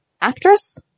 actress